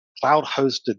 cloud-hosted